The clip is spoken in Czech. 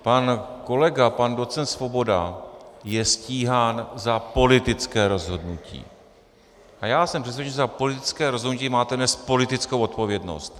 Pan kolega, pan docent Svoboda, je stíhán za politické rozhodnutí a já jsem přesvědčen, že za politické rozhodnutí máte nést politickou odpovědnost.